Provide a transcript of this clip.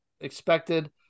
expected